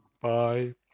Bye